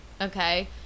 okay